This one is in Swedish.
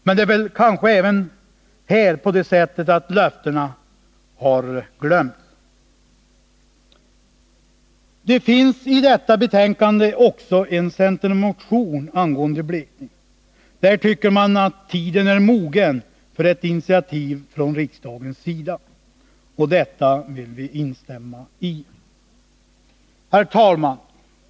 Men det är väl kanske även här på det sättet att löftena har glömts. I detta betänkande behandlas också en centermotion angående blekning. I denna motion tycker man att tiden är mogen för ett initiativ från riksdagens sida. Detta vill vi instämma i. Herr talman!